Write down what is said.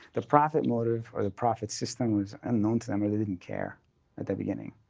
the profit motive, or the profit system, was unknown to them, or they didn't care at the beginning.